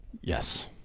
Yes